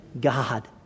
God